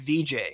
VJ